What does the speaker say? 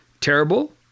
terrible